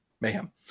Mayhem